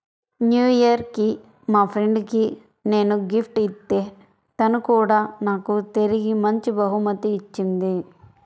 new year కి మా friend కి నేను గిఫ్ట్ ఇత్తే తను కూడా నాకు తిరిగి మంచి బహుమతి ఇచ్చింది